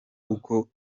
uko